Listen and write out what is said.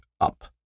up